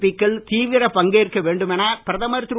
big கள் தீவிர பங்கேற்க வேண்டும் என பிரதமர் திரு